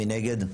מי נגד?